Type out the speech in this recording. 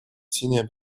синяя